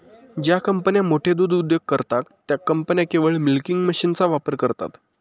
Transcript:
ज्या कंपन्या मोठे दूध उद्योग करतात, त्या कंपन्या केवळ मिल्किंग मशीनचा वापर करतात